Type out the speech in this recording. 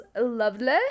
lovely